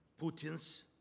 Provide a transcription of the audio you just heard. Putin's